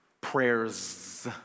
Prayers